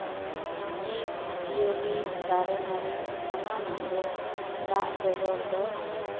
ᱡᱤᱵ ᱡᱤᱭᱟᱹᱞᱤ ᱫᱟᱨᱮ ᱱᱟᱲᱤ ᱥᱟᱱᱟᱢᱟᱜ ᱜᱮ ᱫᱟᱜ ᱵᱮᱜᱚᱨ ᱫᱚ